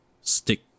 stick